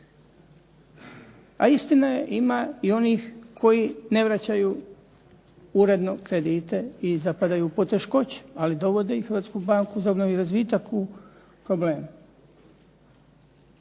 A istina je ima i onih koji ne vraćaju uredno kredite i zapadaju u poteškoće, ali dovode i Hrvatsku banku za obnovu i razvitak u probleme.